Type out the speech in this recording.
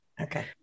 Okay